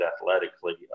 athletically